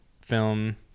film